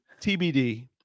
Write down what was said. TBD